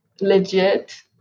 legit